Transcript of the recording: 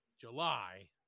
July